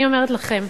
אני אומרת לכם,